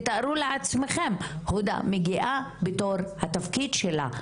תתארו לעצמכם, הודא מגיעה בתור התפקיד שלה,